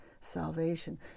salvation